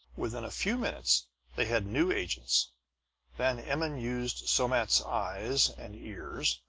within a few minutes they had new agents van emmon used somat's eyes and ears,